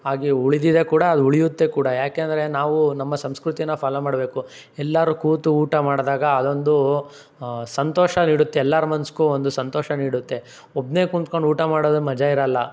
ಹಾಗೇ ಉಳಿದಿದೆ ಕೂಡ ಅದು ಉಳಿಯುತ್ತೆ ಕೂಡ ಯಾಕೆಂದರೆ ನಾವು ನಮ್ಮ ಸಂಸ್ಕೃತೀನ ಫಾಲೋ ಮಾಡಬೇಕು ಎಲ್ಲರೂ ಕೂತು ಊಟ ಮಾಡಿದಾಗ ಅದೊಂದು ಸಂತೋಷ ನೀಡುತ್ತೆ ಎಲ್ಲರ ಮನಸ್ಗೂ ಒಂದು ಸಂತೋಷ ನೀಡುತ್ತೆ ಒಬ್ಬನೇ ಕುಂತ್ಕಂಡು ಊಟ ಮಾಡಿದ್ರೆ ಮಜಾ ಇರೋಲ್ಲ